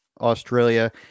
Australia